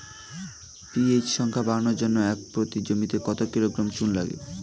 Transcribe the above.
PH সংখ্যা বাড়ানোর জন্য একর প্রতি জমিতে কত কিলোগ্রাম চুন লাগে?